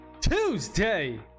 Tuesday